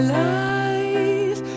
life